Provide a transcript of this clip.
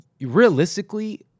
realistically